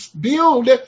Build